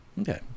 Okay